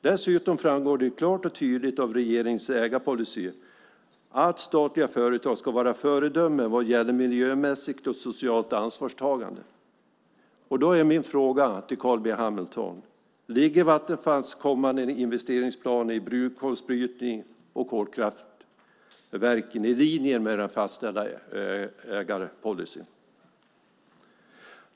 Dessutom framgår det klart och tydligt av regeringens ägarpolicy att statliga företag ska vara föredömen vad gäller miljömässigt och socialt ansvarstagande. Då är min fråga till Carl B Hamilton: Ligger Vattenfalls kommande investeringsplan för brunkolsbrytning och kolkraftverk i linje med den fastställda ägarpolicyn?